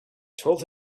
told